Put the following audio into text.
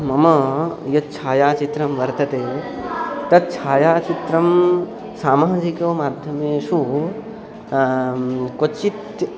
मम यत् छायाचित्रं वर्तते तत् छायाचित्रं सामाजिकमाध्यमेषु क्वचित्